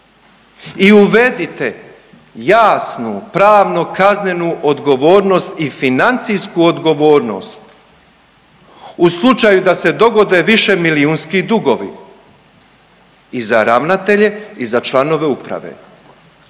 I uvedite jasnu, pravno-kaznenu odgovornost i financijsku odgovornost u slučaju da se dogode više milijunski dugovi i za ravnatelje i za članove uprave.